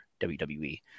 WWE